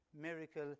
miracle